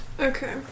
Okay